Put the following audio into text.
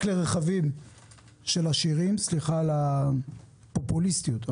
סליחה על הפופוליסטיות,